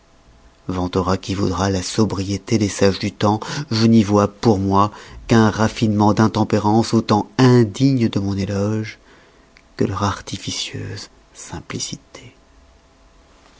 vantera qui voudra la sobriété des sages du tems je n'y vois pour moi qu'un raffinement d'intempérance autant indigne de mon éloge que leur artificieuse simplicité